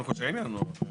קודם כל שהם יענו.